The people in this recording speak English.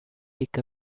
pick